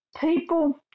people